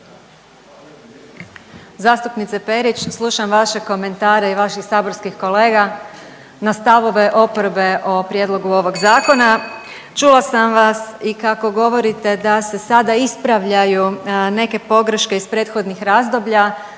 Zastupnice Perić, slušam vaše komentare i vaših saborskih kolega na stavove oporbe o prijedlogu ovog zakona. Čula sam vam i kako govorite da se sada ispravljaju neke pogreške iz prethodnih razdoblja,